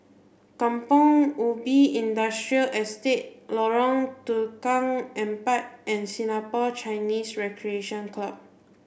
Kampong Ubi Industrial Estate Lorong Tukang Empat and Singapore Chinese Recreation Club